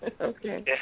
Okay